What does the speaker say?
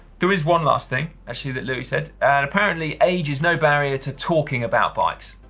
there is one last thing, actually, that louis said. and apparently age is no barrier to talking about bikes,